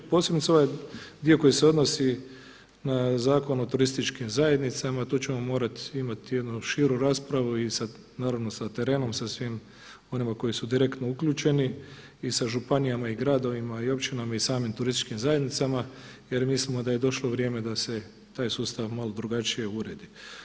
Posebno mi se ovaj dio koji se odnosi na Zakon o turističkim zajednicama, tu ćemo morati imati jednu širu raspravu i sa, naravno sa terenom, sa svim onima koji su direktno uključeni i sa županijama i gradovima i općinama i samim turističkim zajednicama jer mislimo da je došlo vrijeme da se taj sustav malo drugačije uredi.